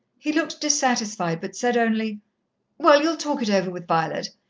he looked dissatisfied, but said only well, you'll talk it over with violet.